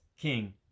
king